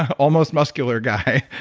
almost muscular guy.